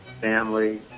family